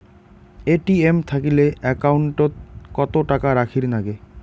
ATM থাকিলে account ওত কত টাকা রাখীর নাগে?